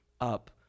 up